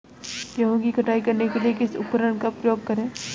गेहूँ की कटाई करने के लिए किस उपकरण का उपयोग करें?